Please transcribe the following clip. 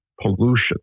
pollution